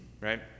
right